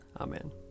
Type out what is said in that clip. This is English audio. Amen